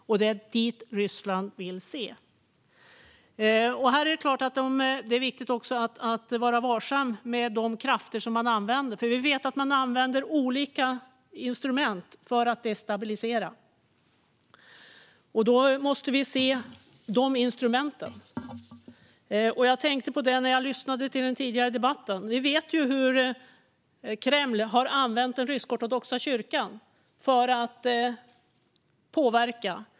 Och det är det som Ryssland vill. Det är också viktigt att vara varsam med de krafter som man använder. Vi vet att man använder olika instrument för att destabilisera. Vi måste se på de instrumenten. Vi vet hur Kreml har använt den rysk-ortodoxa kyrkan för att påverka.